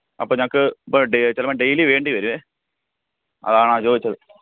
അപ്പം ഞങ്ങൾക്ക് ഇപ്പം ചിലപ്പം ഡെയിലി വേണ്ടി വരുവെ അതാണ് ചോദിച്ചത്